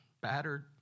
battered